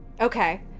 Okay